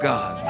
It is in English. God